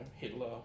Hitler